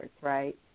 right